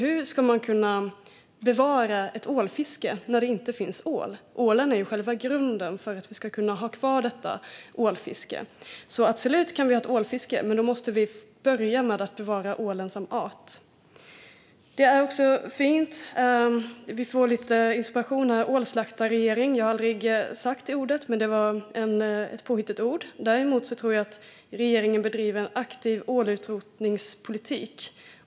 Hur ska man kunna bevara ett ålfiske när det inte finns ål? Ålen är ju själva grunden för att vi ska kunna ha kvar detta. Vi kan absolut ha ett ålfiske, men då måste vi börja med att bevara ålen som art. Det är också fint att vi får lite inspiration här. "Ålslaktarregering" har jag aldrig sagt, men det var ett påhittigt ord. Jag tycker dock att regeringen bedriver en aktiv ålutrotningspolitik.